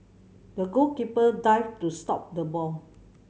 the goalkeeper dived to stop the ball